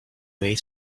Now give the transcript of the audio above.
way